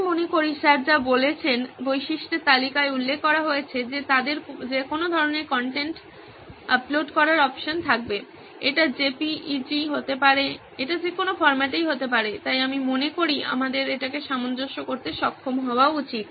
আমি মনে করি স্যার যা বলেছেন বৈশিষ্ট্যের তালিকায় উল্লেখ করা হয়েছে যে তাদের যেকোনো ধরনের কন্টেন্ট আপলোড করার অপশন থাকবে এটি জেপিইজি হতে পারে এটি যেকোনো ফরম্যাটেই হতে পারে তাই আমি মনে করি আমাদের এটিকে সামঞ্জস্য করতে সক্ষম হওয়া উচিত